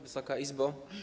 Wysoka Izbo!